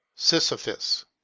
Sisyphus